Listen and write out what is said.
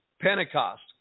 Pentecost